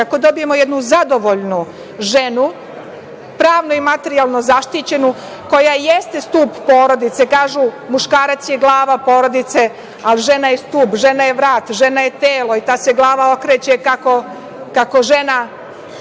ako dobijemo jednu zadovoljnu ženu, pravno i materijalno zaštićenu, koja jeste stub porodice. Kažu - muškarac je glava porodice, ali žena je stub, žena je vrat, žena je telo i ta se glava okreće kako žena